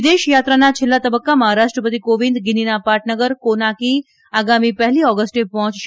વિદેશયાત્રાના છેલ્લા તબક્કામાં રાષ્ટ્રપતિ કોવિંદ ગીનીના પાટનગર કોનાકી આગામી પહેલી ઓગસ્ટે પહોંચશે